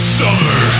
summer